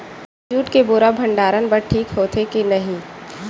Jute के बोरा भंडारण बर ठीक होथे के नहीं?